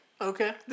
Okay